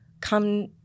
come